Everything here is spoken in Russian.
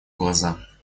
глаза